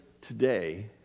today